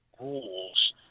rules